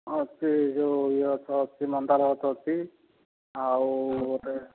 ହଁ ଅଛି ଏ ଯେଉଁ ଇଏ ଗଛ ଅଛି ମନ୍ଦାର ଗଛ ଅଛି ଆଉ ଗୋଟେ